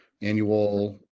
Annual